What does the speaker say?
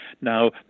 Now